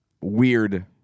weird